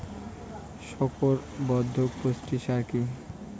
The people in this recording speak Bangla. শিকড় বর্ধক পুষ্টি সার কি?